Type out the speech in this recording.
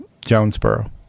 Jonesboro